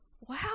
wow